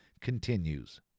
continues